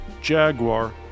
Jaguar